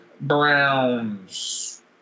Browns